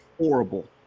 Horrible